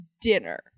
dinner